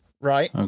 Right